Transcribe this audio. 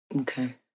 Okay